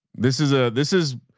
this is a, this is,